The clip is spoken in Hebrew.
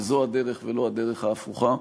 וזו הדרך, ולא הדרך ההפוכה.